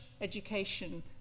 education